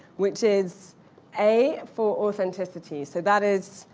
which is a, for authenticity. so that is,